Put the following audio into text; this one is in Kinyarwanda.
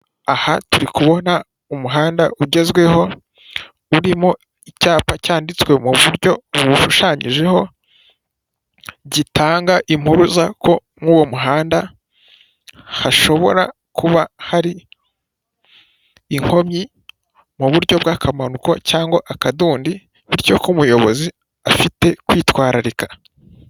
Aha turi kubona umuhanda ugezweho urimo icyapa cyanditswe mu buryo bushushanyijeho, gitanga impuruza ko nk'uwo muhanda hashobora kuba hari inkomyi mu buryo bw'akamanuka cyangwa akadondi bityo k'umuyobozi afite kwitwararika.